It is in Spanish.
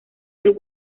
del